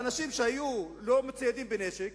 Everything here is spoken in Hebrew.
ואנשים שלא היו מצוידים בנשק,